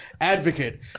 advocate